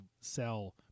sell